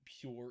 pure